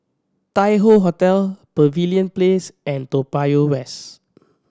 Tai Hoe Hotel Pavilion Place and Toa Payoh West